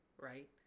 right